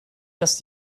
dass